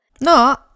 No